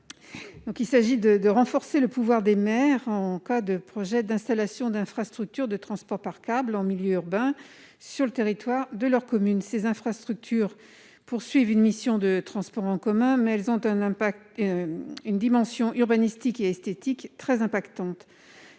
Il s'agit de renforcer le pouvoir des maires en cas de projets d'installation d'infrastructures de transport par câbles en milieu urbain sur le territoire de leur commune. En effet, bien que ces infrastructures poursuivent une mission de transport en commun, elles revêtent une dimension urbanistique et esthétique qui a de